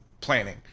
planning